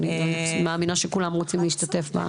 אני מאמינה שכולם רוצים להשתתף.